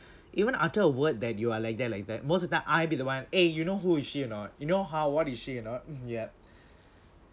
even utter a word that you are like that like that most of the time I'd be the one eh you know who is she or not you know how what is she or not yup